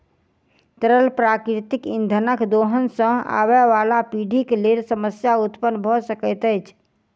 तरल प्राकृतिक इंधनक दोहन सॅ आबयबाला पीढ़ीक लेल समस्या उत्पन्न भ सकैत अछि